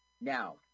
now